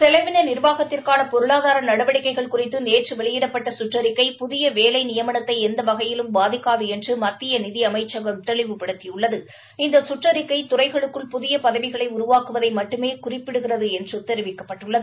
செலவின நிர்வாகத்திற்கான பொருளாதார நடவடிக்கைகள் குறித்து நேற்று வெளியிடப்பட்ட கற்றறிக்கை புதிய வேலை நியமனத்தை எந்தவகையிலும் பாதிக்காது என்று மத்திய நிதி அமைச்சகம் தெளிவுபடுத்தியுள்ளது இந்த கற்றறிக்கை துறைகளுக்குள் புதிய பதவிகளை உருவாக்குதை மட்டுமே குறிப்பிடுகிறது என்று தெரிவிக்கப்பட்டுள்ளது